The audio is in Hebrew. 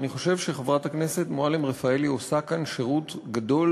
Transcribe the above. ואני חושב שחברת הכנסת מועלם-רפאלי עושה כאן שירות גדול,